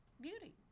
beauty